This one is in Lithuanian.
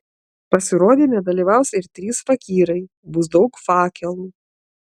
pasirodyme dalyvaus ir trys fakyrai bus daug fakelų